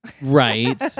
Right